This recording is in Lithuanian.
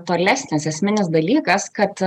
tolesnis esminis dalykas kad